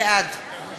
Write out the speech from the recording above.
בעד